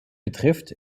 betrifft